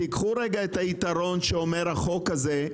קחו את היתרון שיש בחוק הזה,